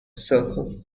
circle